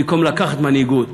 במקום לקחת מנהיגות.